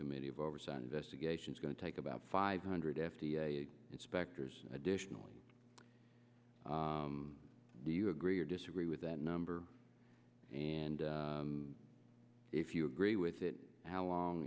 committee of oversight investigations going to take about five hundred f d a inspectors additionally do you agree or disagree with that number and if you agree with it how long